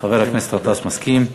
חבר הכנסת גטאס, מסכים?